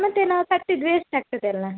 ಮತ್ತು ನಾವು ಕಟ್ಟಿದ್ದು ವೇಸ್ಟ್ ಆಗ್ತದೆ ಅಲ್ಲ